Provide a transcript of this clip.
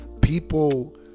people